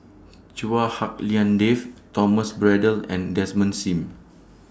Chua Hak Lien Dave Thomas Braddell and Desmond SIM